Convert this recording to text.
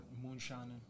moonshining